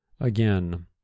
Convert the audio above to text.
Again